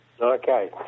Okay